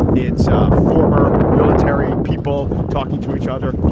it's ah former military people talking to each other.